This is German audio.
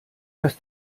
das